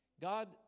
God